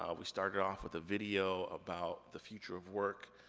ah we started off with a video about the future of work,